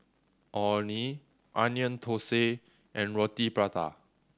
Orh Nee Onion Thosai and Roti Prata